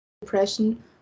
depression